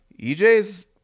EJ's